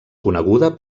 coneguda